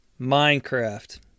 Minecraft